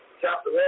chapter